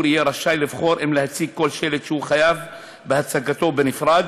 יהיה רשאי לבחור אם להציג כל שלט שהוא חייב בהצגתו בנפרד,